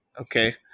Okay